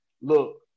look